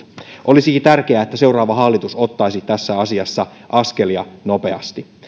olisikin tärkeää että seuraava hallitus ottaisi tässä asiassa askelia nopeasti